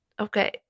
Okay